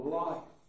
life